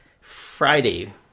Friday